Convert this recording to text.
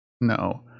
No